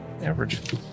average